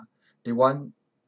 they want